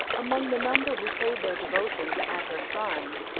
among the number who paid their devotions at her shrine,